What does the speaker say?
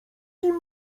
nim